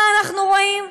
מה אנחנו רואים?